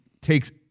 takes